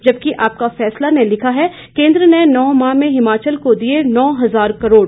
जबकि आपका फैसला ने लिखा है केंद्र ने नौ माह में हिमाचल को दिए नौ हजार करोड़